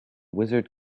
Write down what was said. wizard